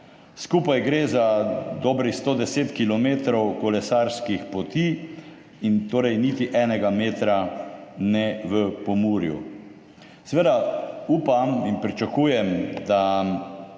Skupaj gre za dobrih 110 kilometrov kolesarskih poti, in torej niti enega metra ne v Pomurju. Upam in pričakujem, da